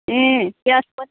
ए प्याज पनि